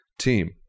team